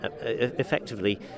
effectively